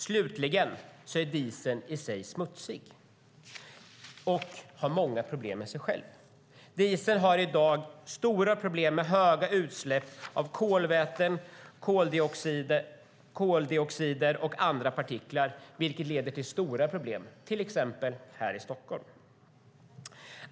Slutligen är dieseln i sig smutsig och innebär många problem. Dieseln har i dag stora problem med stora utsläpp av kolväten, kväveoxider och partiklar. Detta leder till stora problem till exempel här i Stockholm.